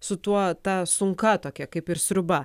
su tuo ta sunka tokia kaip ir sriuba